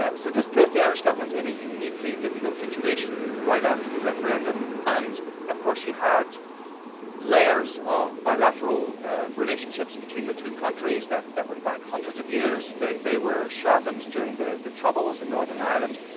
ah so this place the irish government in a uniquely difficult situation right after the referendum. and of course, you had layers of bilateral relationships between the two countries that that went back hundreds of years that were sharpened during the the troubles in northern ireland.